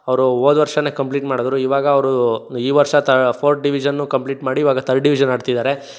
ಅವರು ಹೋದ ವರ್ಷನೆ ಕಂಪ್ಲೀಟ್ ಮಾಡಿದ್ರು ಈವಾಗ ಅವರು ಈ ವರ್ಷ ತ ಫೋರ್ತ್ ಡಿವಿಝನು ಕಂಪ್ಲೀಟ್ ಮಾಡಿ ಈವಾಗ ಥರ್ಡ್ ಡಿವಿಝನ್ ಆಡ್ತಿದ್ದಾರೆ